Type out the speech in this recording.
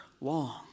long